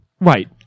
Right